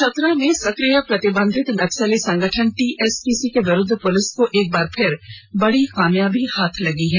चतरा में सक्रिय प्रतिबंधित नक्सली संगठन टीएसपीसी के विरुद्व पुलिस को एक बार फिर बड़ी कामयाबी हाथ लगी है